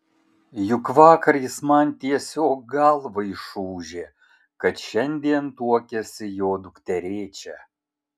juk vakar jis man tiesiog galvą išūžė kad šiandien tuokiasi jo dukterėčia